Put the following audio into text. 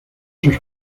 sus